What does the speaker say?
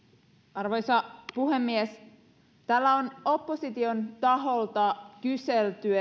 arvoisa puhemies täällä on opposition taholta kyselty